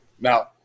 Now